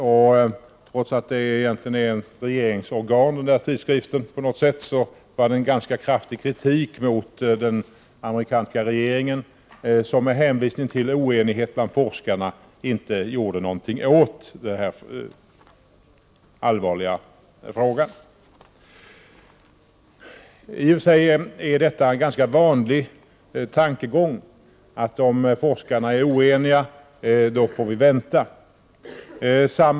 Trots att den här tidskriften egentligen är ett regeringsorgan innehöll artikeln en ganska kraftig kritik mot den amerikanska regeringen, som med hänvisning till oenighet bland forskarna inte gjorde någonting åt denna allvarliga fråga. I och för sig är det en ganska vanlig tankegång att om forskarna är oeniga, då får vi vänta.